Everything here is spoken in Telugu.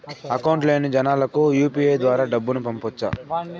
అకౌంట్ లేని జనాలకు యు.పి.ఐ ద్వారా డబ్బును పంపొచ్చా?